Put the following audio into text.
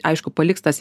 aišku paliks tas